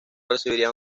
recibiría